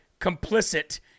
complicit